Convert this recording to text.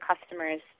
customers